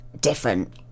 different